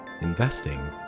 Investing